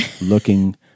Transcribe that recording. looking